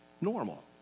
normal